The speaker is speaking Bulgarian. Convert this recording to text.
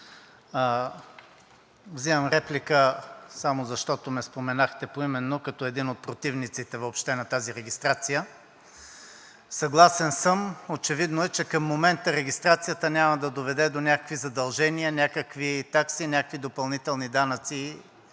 Вземам реплика само защото ме споменахте поименно като един от противниците въобще на тази регистрация. Съгласен съм. Очевидно е, че към момента регистрацията няма да доведе до някакви задължения, някакви такси, някакви допълнителни данъци